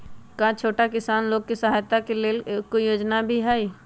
का छोटा किसान लोग के खेती सहायता के लेंल कोई योजना भी हई?